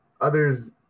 others